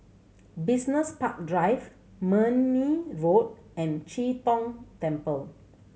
Business Park Drive Marne Road and Chee Tong Temple